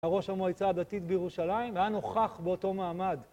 הראש המועצה הדתית בירושלים היה נוכח באותו מעמד.